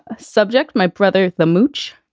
subject my brother the mooch.